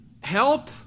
help